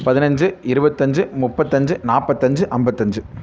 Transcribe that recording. பதினைஞ்சு இருபத்தஞ்சு முப்பத்தஞ்சு நாற்பத்தஞ்சு ஐம்பத்தஞ்சு